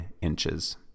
inches